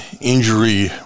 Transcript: injury